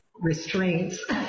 restraints